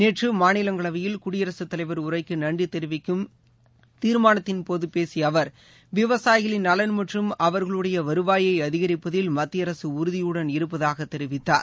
நேற்று மாநிலங்களவையில் குடியரசுத் தலைவர் உரைக்கு நன்றி தெரிவிக்கும் தீர்மானத்தின் போது பேசிய அவர் விவசாயிகளின் நலன் மற்றும் அவர்களுடைய வருவாளய அதிகரிப்பதில் மத்திய அரசு உறுதியுடன் இருப்பதாக தெரிவித்தார்